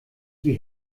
die